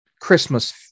Christmas